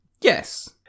Yes